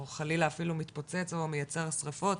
או חלילה אפילו מתפוצץ או מייצר שריפות,